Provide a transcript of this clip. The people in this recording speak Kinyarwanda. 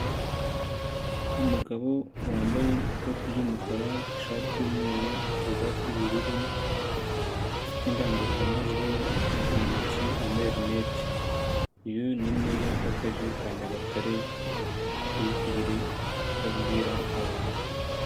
Umugabo wambaye ikoti ry'umukara, ishati y'umweru, karuvati y'ubururu ifite indangururamajwi mu ntoki wambaye lineti. Uyu ni Meya w'akarere ka Nyagatare uri kugira icyo abwira abantu.